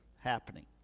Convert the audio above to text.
happening